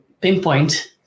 pinpoint